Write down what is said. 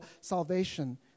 salvation